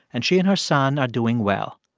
and she and her son are doing well,